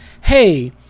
hey